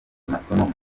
amasomo